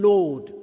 Lord